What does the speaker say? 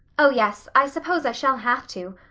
oh, yes, i suppose i shall have to,